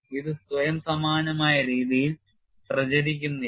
ഇത് സ്വയം സമാനമായ രീതിയിൽ പ്രചരിക്കുന്നില്ല